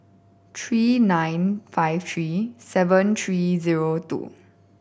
three nine five three seven three zero two